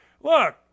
Look